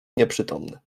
nieprzytomny